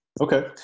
Okay